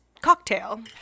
cocktail